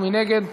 מי נגד?